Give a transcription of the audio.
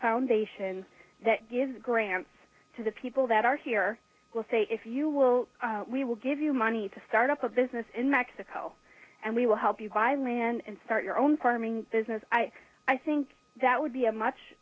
foundation that gives grants to the people that are here will say if you will we will give you money to start a business in mexico and we will help you by me and start your own farming business i think that would be a much